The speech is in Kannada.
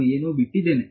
ನಾನು ಏನೊ ಬಿಟ್ಟಿದ್ದೇನೆ